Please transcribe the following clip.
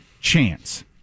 chance